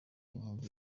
inkingi